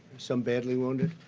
some badly wounded.